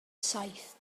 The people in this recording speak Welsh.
saith